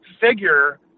figure